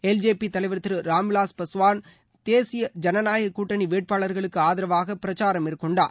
LJP தலைவர் திரு ராம்விலாஸ் பாஸ்வான் தேசிய ஜனநாயக கூட்டணி வேட்பாளர்களுக்கு ஆதரவாக பிரச்சாரம் மேற்கொண்டார்